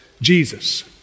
Jesus